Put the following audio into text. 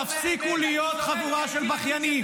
כי הייתי מבין שזה לא אמת --- תפסיקו להיות חבורה של בכיינים.